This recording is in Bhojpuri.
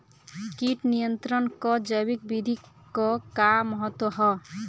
कीट नियंत्रण क जैविक विधि क का महत्व ह?